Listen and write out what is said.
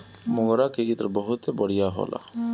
मोगरा के इत्र बहुते बढ़िया होला